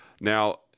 Now